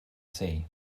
sea